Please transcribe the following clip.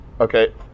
okay